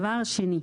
דבר שני,